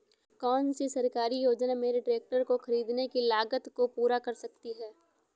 कौन सी सरकारी योजना मेरे ट्रैक्टर को ख़रीदने की लागत को पूरा कर सकती है?